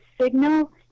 signal